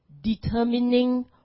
determining